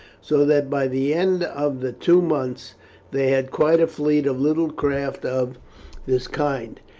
so that by the end of the two months they had quite a fleet of little craft of this kind.